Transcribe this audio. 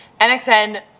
NXN